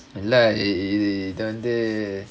எல்லா இத இது வந்து:ellaa itha ithu vanthu